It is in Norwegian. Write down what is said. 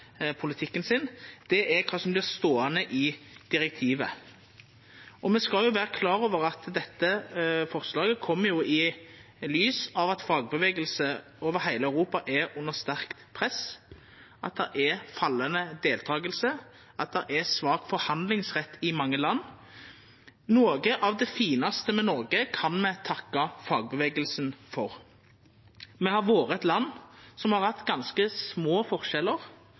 politikken sin, men kva som vert ståande i direktivet. Me skal vera klar over at dette forslaget kjem i lys av at fagbevegelse over heile Europa er under sterkt press, at det er fallande deltaking, og at det er svak forhandlingsrett i mange land. Noko av det finaste med Noreg kan me takka fagbevegelsen for. Me har vore eit land som har hatt ganske små forskjellar